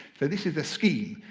so this is a scheme.